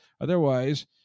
otherwise